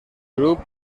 grup